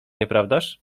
nieprawdaż